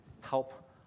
Help